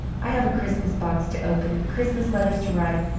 i have a christmas box to open and christmas letters to write.